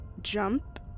jump